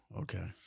Okay